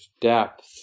depth